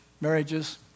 Marriages